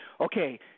okay –